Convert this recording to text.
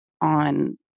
on